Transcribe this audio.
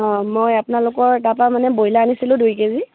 অঁ মই আপোনালোকৰ তাৰপা মানে ব্ৰইলাৰ আনিছিলোঁ দুই কেজি